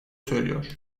söylüyor